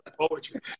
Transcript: poetry